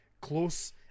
close